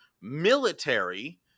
military